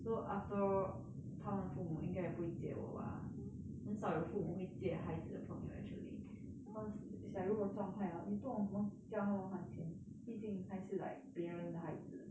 so after all 他们的父母应该也不会借我吧很少有父母会借孩子的朋友 actually cause is like 如果撞坏 hor 你不懂怎么叫他们还钱毕竟还是 like 别人的孩子